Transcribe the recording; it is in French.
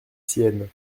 siennes